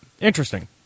Interesting